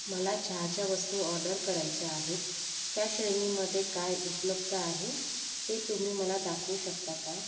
मला चहाच्या वस्तू ऑर्डर करायच्या आहेत त्या श्रेणीमध्ये काय उपलब्ध आहे ते तुम्ही मला दाखवू शकता का